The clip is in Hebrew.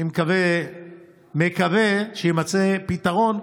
אני מקווה שיימצא פתרון,